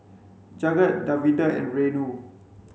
Jagat Davinder and Renu